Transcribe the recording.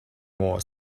more